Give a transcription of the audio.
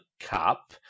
cup